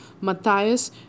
Matthias